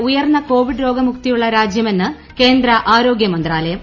India ഉയർന്ന Covid രോഗമുക്തിയുള്ള് രാജ്യമെന്ന് കേന്ദ്ര ആരോഗൃമന്ത്രാലയം